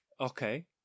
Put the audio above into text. okay